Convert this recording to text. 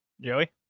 Joey